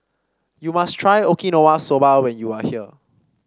you must try Okinawa Soba when you are here